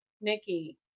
Nikki